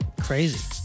Crazy